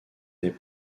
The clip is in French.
des